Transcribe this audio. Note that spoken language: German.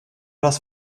das